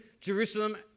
Jerusalem